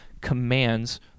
commands